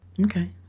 Okay